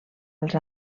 els